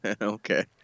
Okay